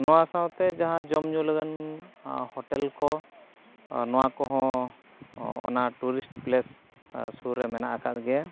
ᱱᱚᱣᱟ ᱥᱟᱶᱛᱮ ᱡᱟᱦᱟᱸ ᱡᱚᱢᱼᱧᱩ ᱞᱟᱹᱜᱤᱫ ᱦᱳᱴᱮᱞ ᱠᱚ ᱱᱚᱣᱟ ᱠᱚᱦᱚᱸ ᱚᱱᱟ ᱴᱩᱨᱤᱥᱴ ᱯᱞᱮᱥ ᱥᱩᱨ ᱨᱮ ᱢᱮᱱᱟᱜ ᱟᱠᱟᱫ ᱜᱮᱭᱟ